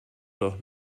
doch